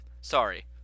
sorry